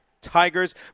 Tigers